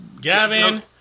Gavin